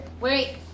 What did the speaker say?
Wait